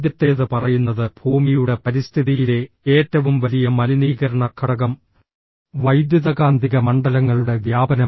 ആദ്യത്തേത് പറയുന്നത് ഭൂമിയുടെ പരിസ്ഥിതിയിലെ ഏറ്റവും വലിയ മലിനീകരണ ഘടകം വൈദ്യുതകാന്തിക മണ്ഡലങ്ങളുടെ വ്യാപനം